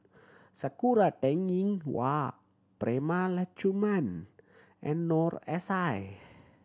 Sakura Teng Ying Hua Prema Letchumanan and Noor S I